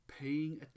paying